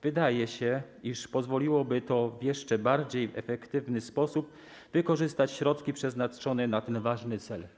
Wydaje się, iż pozwoliłoby to w jeszcze bardziej efektywny sposób wykorzystać środki przeznaczone na ten ważny cel.